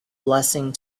blessing